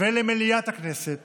ולמליאת הכנסת